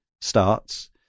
starts